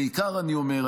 בעיקר אני אומר,